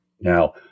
Now